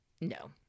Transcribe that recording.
no